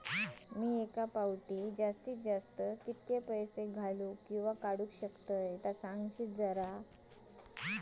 मी एका फाउटी जास्तीत जास्त कितके पैसे घालूक किवा काडूक शकतय?